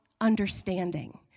Understanding